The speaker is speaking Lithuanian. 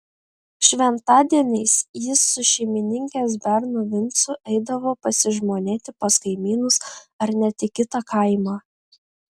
šventadieniais jis su šeimininkės bernu vincu eidavo pasižmonėti pas kaimynus ar net į kitą kaimą